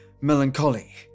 melancholy